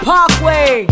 Parkway